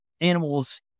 animals